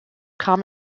kam